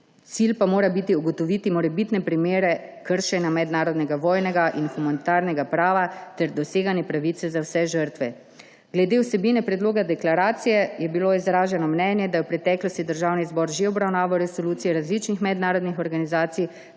cilj pa mora biti ugotoviti morebitne primere kršenja mednarodnega vojnega in humanitarnega prava ter doseganje pravice za vse žrtve. Glede vsebine predloga deklaracije je bilo izraženo mnenje, da je v preteklosti Državni zbor že obravnaval resolucije različnih mednarodnih organizacij,